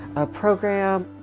a program.